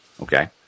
okay